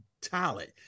talent